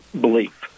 belief